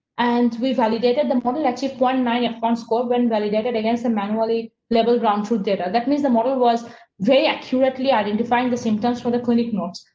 and we validated the model actually one, nine and score when validated against the manually level, run through data. that means the model was very accurately identifying the symptoms for the clinic notes,